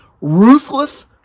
ruthless